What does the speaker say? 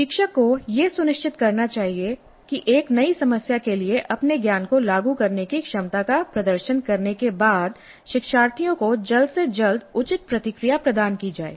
प्रशिक्षक को यह सुनिश्चित करना चाहिए कि एक नई समस्या के लिए अपने ज्ञान को लागू करने की क्षमता का प्रदर्शन करने के बाद शिक्षार्थियों को जल्द से जल्द उचित प्रतिक्रिया प्रदान की जाए